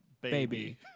Baby